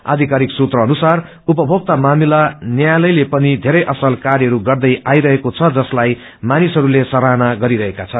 आषिकारिक सूत्र अनुसार उपभोक्ता मामिला न्यायालयले पनि बेरै असल कार्यहरू गर्दै आइरहेको छ जसलाई मानिसहस्ते सराहना गरिरहेका छन्